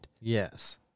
Yes